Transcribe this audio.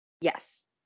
Yes